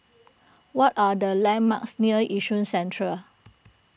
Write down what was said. what are the landmarks near Yishun Central